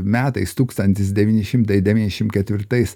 metais tūkstantis devyni šimtai devyniasdešimt ketvirtais